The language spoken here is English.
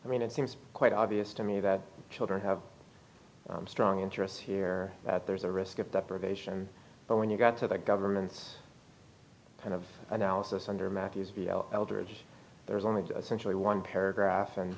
i mean it seems quite obvious to me that children have strong interests here that there's a risk of deprivation but when you got to the government's kind of analysis under matthew eldred there's only a century one paragraph and